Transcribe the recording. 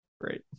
Great